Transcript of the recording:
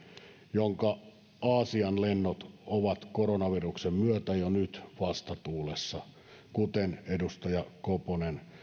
jonka aasian lennot ovat koronaviruksen myötä jo nyt vastatuulessa kuten edustaja koponen